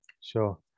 Sure